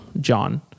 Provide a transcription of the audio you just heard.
John